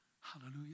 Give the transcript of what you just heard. Hallelujah